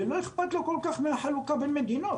ולא אכפת לו כל כך מהחלוקה בין מדינות.